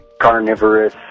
carnivorous